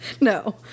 No